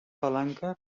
palanca